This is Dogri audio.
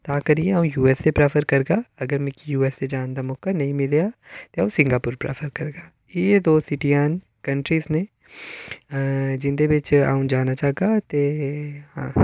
तां करियै अ'ऊं यू एस ए प्रैफर करगा अगर मिकी यू एस ए जाने दा मौका नेईं मिलेआ तां अ'ऊं सिंगापुर प्रैफर करगा इ'यै दो शिटिज न कंट्रिज न जिं'दे बिच अ'ऊं जाना चाह्गा ते हां